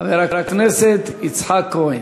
חבר הכנסת יצחק כהן.